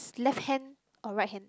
left hand or right hand